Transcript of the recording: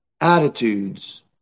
attitudes